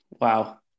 Wow